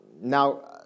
now